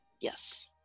Yes